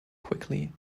quickly